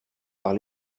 par